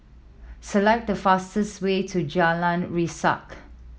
select the fastest way to Jalan Resak